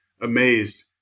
amazed